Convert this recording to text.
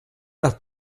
nach